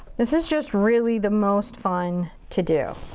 this is just really the most fun to do.